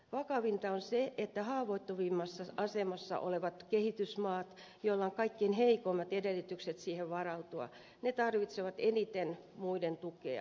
vakavinta on se että haavoittuvimmassa asemassa olevat kehitysmaat joilla on kaikkein heikoimmat edellytykset siihen varautua tarvitsevat eniten muiden tukea